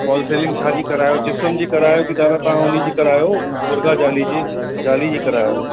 fall ceiling छा जी करायो जिसम जी करायो कि दादा तां हुनजी करायो मुर्गा जाली जी जाली जी करायो